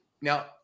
now